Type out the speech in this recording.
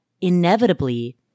inevitably